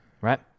Right